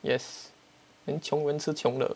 yes then 穷人吃穷的